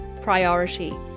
priority